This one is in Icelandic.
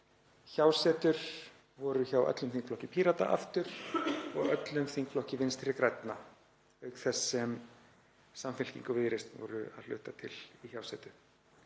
hjásetur voru aftur hjá öllum þingflokki Pírata og öllum þingflokki Vinstri grænna, auk þess sem Samfylking og Viðreisn voru að hluta til í hjásetu.